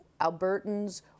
albertans